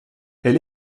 elle